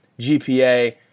GPA